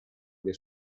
dei